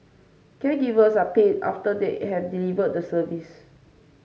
caregivers are paid after they have delivered the service